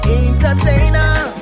entertainer